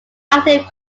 active